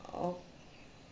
oh